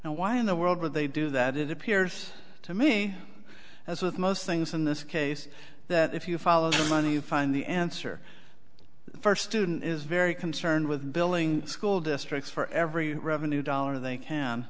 and why in the world would they do that it appears to me as with most things in this case that if you follow the money you find the answer the first student is very concerned with billing school districts for every revenue dollar they can